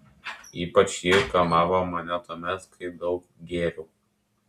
ypač ji kamavo mane tuomet kai daug gėriau